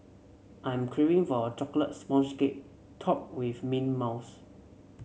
I am craving for a chocolate sponge cake topped with mint mousse